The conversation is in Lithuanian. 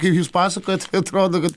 kaip jūs pasakojat atrodo kad